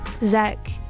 Zach